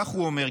כך הוא אומר,